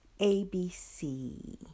ABC